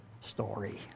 story